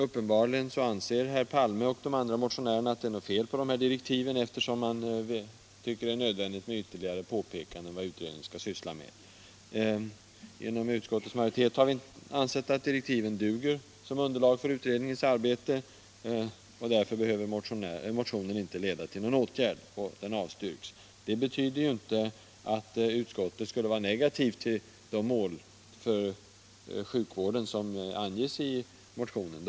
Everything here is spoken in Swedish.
Uppenbarligen anser herr Palme och de andra motionärerna att det är något fel på direktiven, eftersom de tycker att det är nödvändigt med ytterligare påpekanden om vad utredningen skall syssla med. Inom utskottsmajoriteten har vi menat att direktiven duger som underlag för utredningens arbete och att motionen därför inte behöver leda till någon åtgärd. Motionen avstyrks alltså, men det betyder inte att utskottet skulle ha en negativ inställning till de mål för sjukvården som anges i motionen.